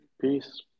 Peace